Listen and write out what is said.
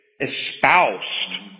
espoused